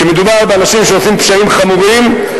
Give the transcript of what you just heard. כשמדובר באנשים שעושים פשעים חמורים,